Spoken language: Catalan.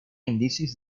indicis